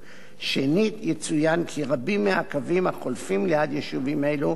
יצוין כי רבים מהקווים החולפים ליד יישובים אלו הינם קווים